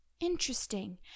interesting